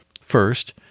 First